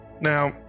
Now